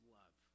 love